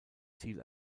ziel